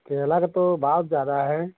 केले का तो भाव ज़्यादा है